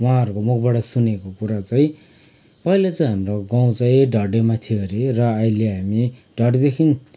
उहाँहरूको मुखबाट सुनेको कुरा चाहिँ पहिला चाहिँ हाम्रो गाँउ चाहिँ धडेमा थियो हरे र अहिले हामी धडेदेखि